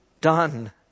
done